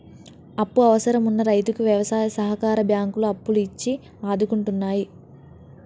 అప్పు అవసరం వున్న రైతుకు వ్యవసాయ సహకార బ్యాంకులు అప్పులు ఇచ్చి ఆదుకుంటున్నాయి